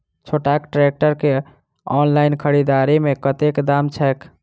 छोटका ट्रैक्टर केँ ऑनलाइन खरीददारी मे कतेक दाम छैक?